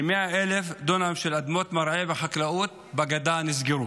נסגרו כ-100,000 דונם של אדמות מרעה וחקלאות בגדה.